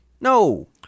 No